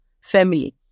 family